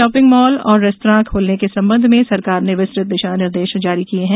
shopping mall और restaurant खोलने के संबंध में सरकार ने विस्तृत दिशा निर्देश जारी किये हैं